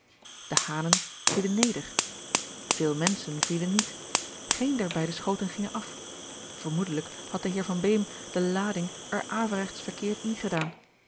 de hanen vielen neder veel menschen vielen niet geen der beide schoten ging af vermoedelijk had de heer van beem de lading er averegts verkeerd ingedaan